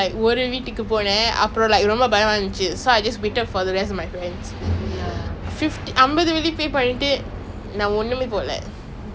are you kidding me dey did you know last year I went with saranya and ivy and ramya they it was so fun but I keep screaming my lungs out ah